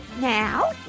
Now